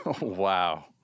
Wow